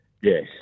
Yes